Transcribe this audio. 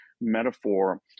metaphor